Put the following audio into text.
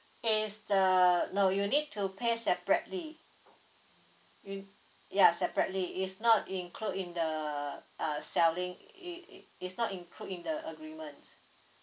is the no you'll need to pay separately you ya separately is not include in the uh selling it~ it's not include in the agreements